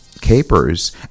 capers